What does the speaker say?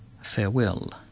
Farewell